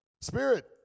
Spirit